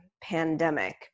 pandemic